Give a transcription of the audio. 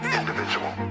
individual